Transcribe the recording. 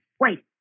Wait